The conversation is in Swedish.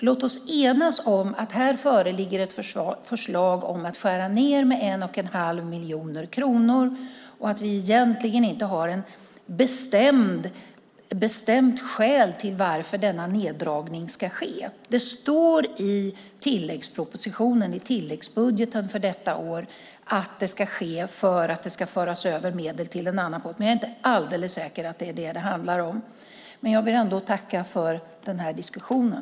Låt oss enas om att här föreligger ett förslag om att skära ned med 1 1⁄2 miljoner kronor och att vi egentligen inte har ett bestämt skäl till att denna neddragning ska ske. Det står i tilläggsbudgeten för detta år att det ska ske för att det ska föras över medel till en annan post. Men jag är inte alldeles säker på att det är detta det handlar om. Jag vill ändå tacka för diskussionen.